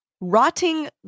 rotting